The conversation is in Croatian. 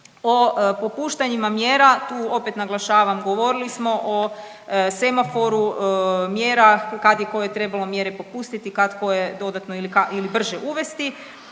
O popuštanjima mjera, tu opet naglašavam, govorili smo o semaforu mjera kad je koje trebalo mjere popustiti, kad koje dodatno ili brže uvesti.